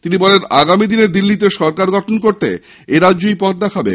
তিনি বলেন আগামীদিনে দিল্লীতে সরকার গঠন করতে এরাজ্যই পথ দেখাবে